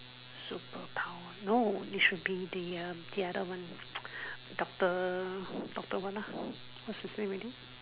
superpower no it should be the um other one doctor doctor what ah what's his name again